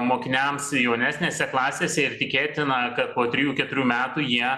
mokiniams jaunesnėse klasėse ir tikėtina kad po trijų keturių metų jie